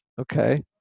okay